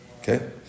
Okay